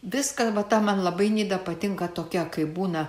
viska va ta man labai nida patinka tokia kai būna